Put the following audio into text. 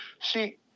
See